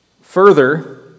Further